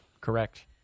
Correct